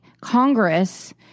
Congress